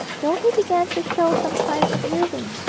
though he began to show some signs of yielding.